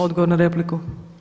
Odgovor na repliku.